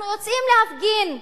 אנחנו יוצאים להפגין,